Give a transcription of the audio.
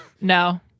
No